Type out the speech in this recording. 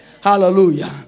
Hallelujah